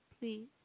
please